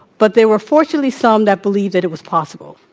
but there were fortunately some that believed that it was possible.